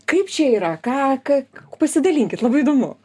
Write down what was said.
kaip čia yra ką k pasidalinkit labai įdomu